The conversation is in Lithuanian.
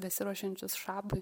besiruošiančius šabui